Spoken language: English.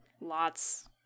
lots